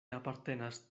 apartenas